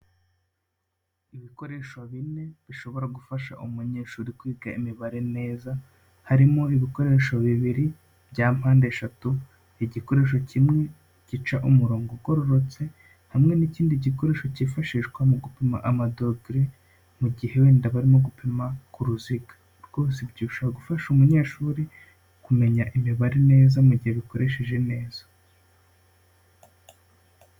Ibikoresho bine bishobora gufasha umunyeshuri kwiga imibare neza. Harimo ibikoresho bibiri bya mpande eshatu. igikoresho kimwe gica umurongo ugororotse hamwe n'ikindi gikoresho cyifashishwa mu gupima amadogere, mu gihe wenda barimo gupima kuruziga. Rwose ibyo bishobora gufasha umunyeshuri kumenya imibare neza mu gihe abikoresheje neza.